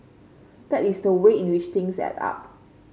that is so way in which things add up